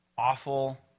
awful